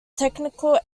technical